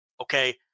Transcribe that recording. okay